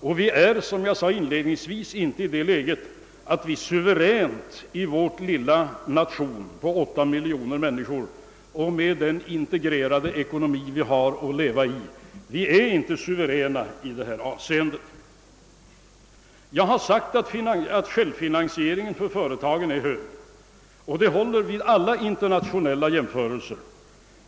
och så som jag sade inledningsvis kan inte vår lilla nation med dess 8 miljoner människor och med den integrerade ekonomi, där vi har att leva, vara suverän i detta avseende. Såsom jag förut har framhållit är självfinansieringsgraden i Sverige hög, och det påståendet håller vid alla internationella jämförelser.